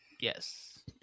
Yes